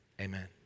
Amen